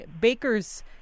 Baker's